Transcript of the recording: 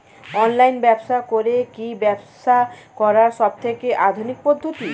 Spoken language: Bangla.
অনলাইন ব্যবসা করে কি ব্যবসা করার সবথেকে আধুনিক পদ্ধতি?